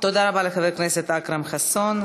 תודה רבה לחבר הכנסת אכרם חסון.